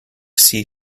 see